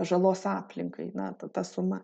žalos aplinkai na ta ta suma